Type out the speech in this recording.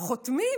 חותמים,